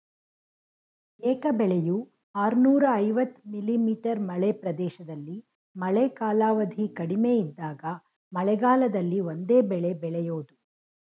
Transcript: ಏಕ ಬೆಳೆಯು ಆರ್ನೂರ ಐವತ್ತು ಮಿ.ಮೀ ಮಳೆ ಪ್ರದೇಶದಲ್ಲಿ ಮಳೆ ಕಾಲಾವಧಿ ಕಡಿಮೆ ಇದ್ದಾಗ ಮಳೆಗಾಲದಲ್ಲಿ ಒಂದೇ ಬೆಳೆ ಬೆಳೆಯೋದು